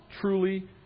truly